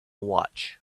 watch